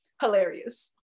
hilarious